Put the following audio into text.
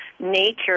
nature